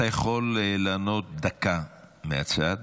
אתה יכול לענות דקה מהצד.